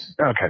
okay